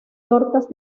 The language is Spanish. tortas